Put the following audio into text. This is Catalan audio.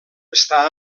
està